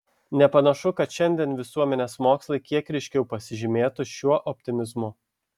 nepanašu kad šiandien visuomenės mokslai kiek ryškiau pasižymėtų šiuo optimizmu